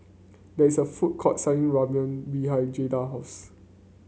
there is a food court selling Ramyeon behind Jada house